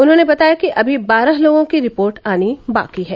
उन्होंने बताया कि अभी बारह लोगों की रिपोर्ट आनी बाकी है